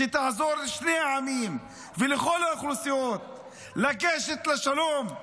שתעזור לשני העמים ולכל האוכלוסיות לגשת לשלום.